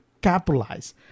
capitalize